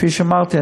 כפי שאמרתי,